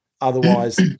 Otherwise